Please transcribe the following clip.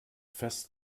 fest